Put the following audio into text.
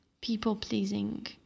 people-pleasing